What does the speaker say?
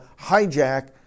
hijack